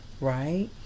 Right